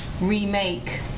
remake